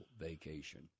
vacation